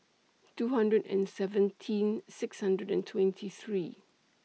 two hundred and seventeen six hundred and twenty three